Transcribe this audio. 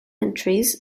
entries